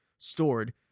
stored